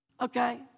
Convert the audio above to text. okay